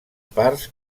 parts